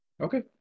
Okay